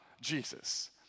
Jesus